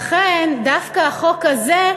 לכן, דווקא החוק הזה,